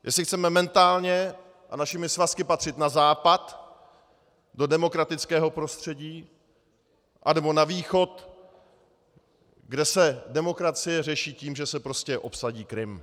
Jestli chceme mentálně a našimi svazky patřit na západ do demokratického prostředí, anebo na východ, kde se demokracie řeší tím, že se prostě obsadí Krym.